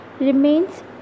remains